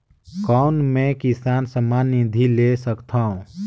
कौन मै किसान सम्मान निधि ले सकथौं?